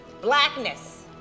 Blackness